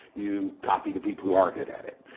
you copy the people who are good at it.